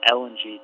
lng